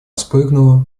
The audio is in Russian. спрыгнула